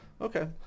Okay